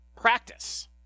practice